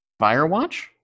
Firewatch